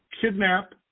kidnap